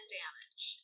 damage